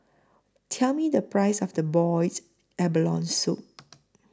Tell Me The Price of The boiled abalone Soup